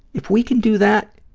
if we can do that,